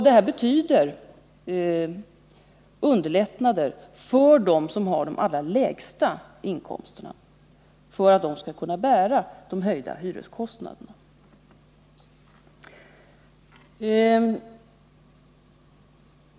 Detta betyder lättnader i möjligheterna för dem som har de allra lägsta inkomsterna att bära de höjda hyreskostnaderna.